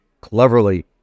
Cleverly